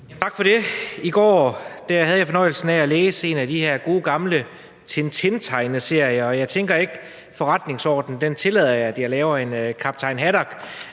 Tak for det. I går havde jeg fornøjelsen af at læse en af de gode, gamle Tintintegneserier, og jeg tænker ikke, at forretningsordenen tillader, at jeg laver en Kaptajn Haddock.